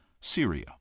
Syria